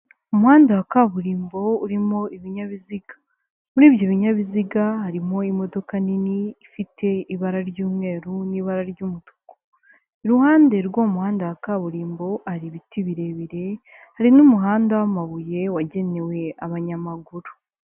Umuhanda wa kaburimbo urimo ibinyabiziga muri ibyo binyabiziga harimo imodoka nini ifite ibara ry'umweru n'ibara ry'umutuku, iruhande rw'uwo muhanda wa kaburimbo hari ibiti birebire hari n'umuhanda w'amabuye wagenewe abanyamaguru.